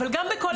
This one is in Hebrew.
אבל גם בכל הארץ.